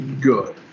good